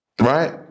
Right